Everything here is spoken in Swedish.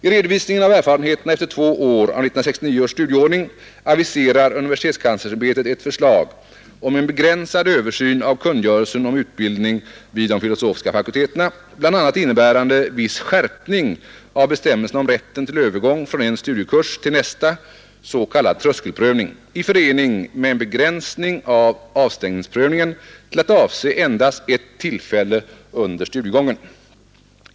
I redovisningen av erfarenheterna efter två år av 1969 års studieordning aviserar universitetskanslersämbetet ett förslag om en begränsad översyn av kungörelsen om utbildning vid de filosofiska fakulteterna, bl.a. innebärande viss skärpning av bestämmelserna om rätten till övergång från en studiekurs till nästa, s.k. tröskelprövning, i förening med en begränsning av avstängningsprövningen till att avse endast ett tillfälle under studiegången.